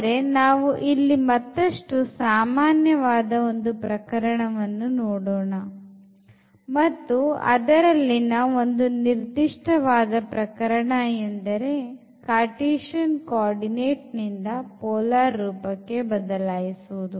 ಆದರೆ ನಾವು ಇಲ್ಲಿ ಮತ್ತಷ್ಟು ಸಾಮಾನ್ಯವಾದ ಪ್ರಕರಣವನ್ನು ನೋಡೋಣ ಮತ್ತು ಅದರಲ್ಲಿನ ಒಂದು ನಿರ್ದಿಷ್ಟವಾದ ಪ್ರಕರಣ ಎಂದರೆ cartesian coordinate ಇಂದ polar ರೂಪಕ್ಕೆ ಬದಲಾಯಿಸುವುದು